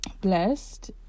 blessed